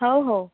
हो हो